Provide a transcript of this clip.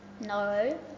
No